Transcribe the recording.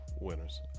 winners